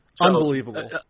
Unbelievable